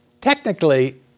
technically